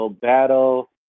battle